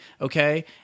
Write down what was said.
okay